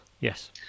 Yes